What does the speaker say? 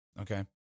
Okay